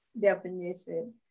definition